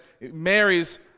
marries